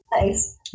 Nice